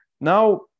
Now